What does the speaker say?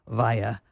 via